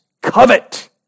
covet